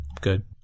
good